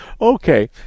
Okay